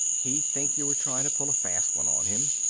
he'd think you were trying to pull a fast one on him.